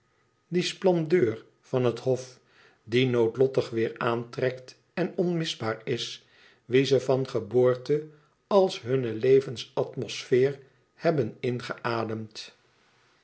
splendeur van het hof die noodlottig weêr aantrekt en onmisbaar is wie ze van geboorte als hunne levensatmosfeer hebben ingeademd